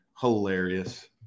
Hilarious